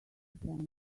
fences